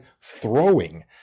throwing